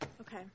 Okay